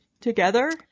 together